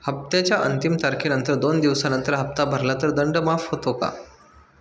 हप्त्याच्या अंतिम तारखेनंतर दोन दिवसानंतर हप्ता भरला तर दंड माफ होतो का?